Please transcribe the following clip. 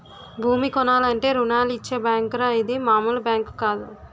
భూమి కొనాలంటే రుణాలిచ్చే బేంకురా ఇది మాములు బేంకు కాదు